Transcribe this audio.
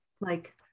like-